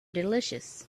delicious